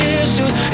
issues